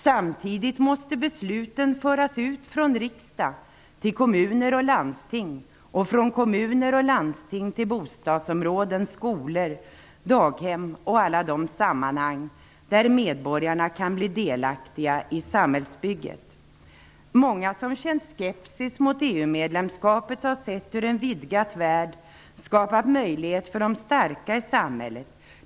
Samtidigt måste besluten föras ut från riksdagen till kommuner och landsting, och från kommuner och landsting till bostadsområden, skolor, daghem och alla de sammanhang där medborgarna kan bli delaktiga i samhällsbygget. Många som känt skepsis mot EU-medlemskapet har sett hur en vidgad värld skapat möjligheter för de starka i samhället.